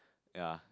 ya